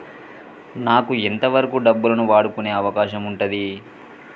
నాకు ఎంత వరకు డబ్బులను వాడుకునే అవకాశం ఉంటది?